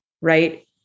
right